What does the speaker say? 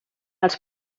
els